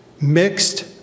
Mixed